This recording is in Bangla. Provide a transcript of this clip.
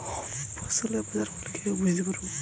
ফসলের বাজার মূল্য কিভাবে বুঝতে পারব?